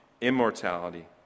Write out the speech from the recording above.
immortality